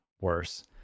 worse